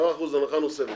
10% הנחה נוספת.